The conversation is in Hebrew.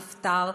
נפטר,